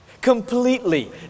completely